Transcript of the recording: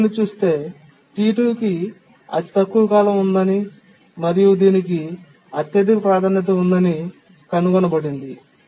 వ్యవధిని చూస్తే T2 కి అతి తక్కువ కాలం ఉందని మరియు దీనికి అత్యధిక ప్రాధాన్యత ఉందని కనుగొనబడింది